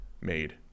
made